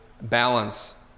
balance